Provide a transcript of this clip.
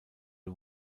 and